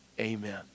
Amen